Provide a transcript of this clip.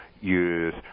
use